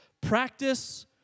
practice